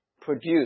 produce